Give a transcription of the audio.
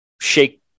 shake